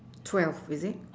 twelve is it